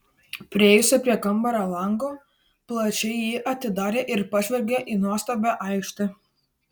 priėjusi prie kambario lango plačiai jį atidarė ir pažvelgė į nuostabią aikštę